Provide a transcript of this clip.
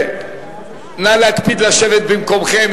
נא להקפיד לשבת במקומכם.